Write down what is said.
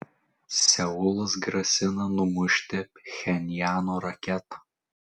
seulas grasina numušti pchenjano raketą